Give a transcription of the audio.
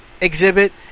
exhibit